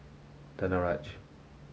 Danaraj